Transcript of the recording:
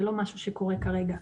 זה לא משהו שקורה כרגע.